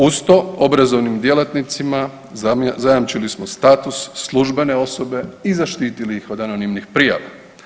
Uz to, obrazovnim djelatnicima zajamčili smo status službene osobe i zaštitili ih od anonimnih prijava.